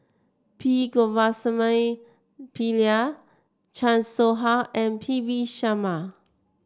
P Govindasamy Pillai Chan Soh Ha and P V Sharma